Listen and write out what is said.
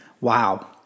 Wow